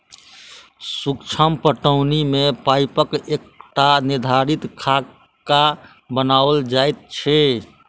सूक्ष्म पटौनी मे पाइपक एकटा निर्धारित खाका बनाओल जाइत छै